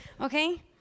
Okay